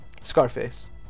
Scarface